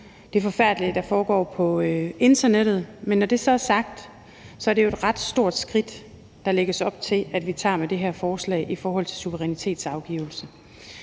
det forfærdelige, der foregår på internettet. Men når det så er sagt, er det jo et ret stort skridt, der lægges op til at vi tager med det her forslag i forhold til suverænitetsafgivelse.